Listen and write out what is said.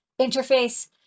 interface